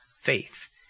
faith